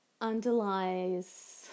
underlies